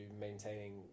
maintaining